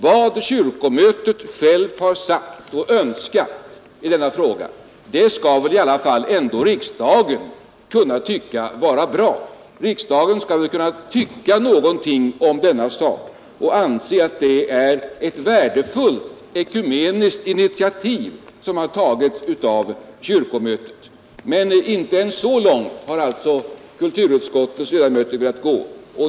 Vad kyrkomötet har uttalat i denna fråga skall väl ändå riksdagen kunna tycka är bra. Riksdagen skall väl kunna tycka någonting om denna sak och anse att det är ett värderfullt ekumeniskt initiativ som har tagits av kyrkomötet. Men inte ens så långt har alltså kulturutskottets ledamöter velat gå.